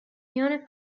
میان